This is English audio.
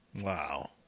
Wow